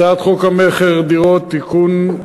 הצעת חוק המכר (דירות) (תיקון,